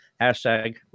Hashtag